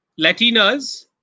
Latinas